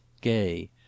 gay